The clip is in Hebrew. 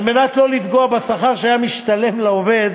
על מנת שלא לפגוע בשכר שהיה משתלם לעובד